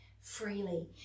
freely